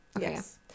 Yes